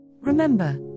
remember